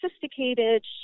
sophisticated